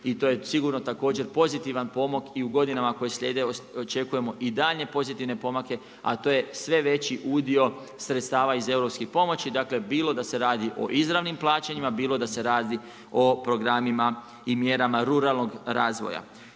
i to je sigurno također pozitivan pomak i u godinama koje slijede očekujemo i daljnje pozitivne pomake, a to je sve veći udio sredstava iz europskih pomoći, bilo da se radi o izravnim plaćanjima, bilo da se radi o programima i mjerama ruralnog razvoja.